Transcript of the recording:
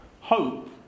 Hope